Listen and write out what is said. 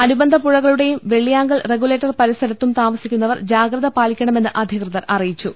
അനുബന്ധ പുഴകളുടെയും വെള്ളിയാങ്കൽ റഗുലേറ്റർ പരിസരത്തും താമസിക്കുന്നവർ ജാഗ്രത പാലിക്കണമെന്ന് അധികൃതർ അറിയിച്ചു